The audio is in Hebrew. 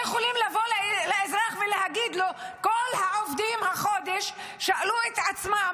כל העובדים החודש שאלו את עצמם,